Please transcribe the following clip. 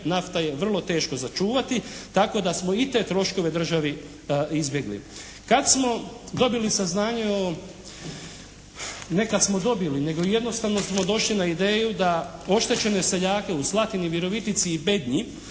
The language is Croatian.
nafta je vrlo teško za čuvati tako da smo i te troškove državi izbjegli. Kad smo dobili saznanje o, ne kad smo dobili, nego jednostavno smo došli na ideju da oštećene seljake u Slatini, Virovitici i Bednji